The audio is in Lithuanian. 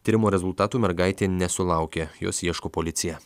tyrimo rezultatų mergaitė nesulaukė jos ieško policija